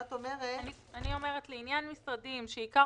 ואת אומרת ---- אני אומרת לעניין משרדים שעיקר